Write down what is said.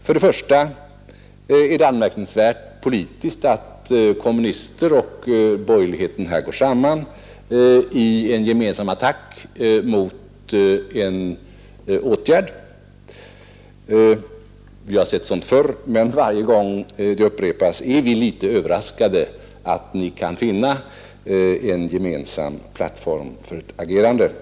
För det första är det rent politiskt anmärkningsvärt att kommunister och borgerlighet går samman i en gemensam attack mot en viss ordning — vi har sett sådant tidigare men varje gång det upprepas är vi litet överraskade över att ni kan finna en gemensam plattform för ert agerande.